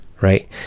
right